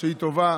שהיא טובה,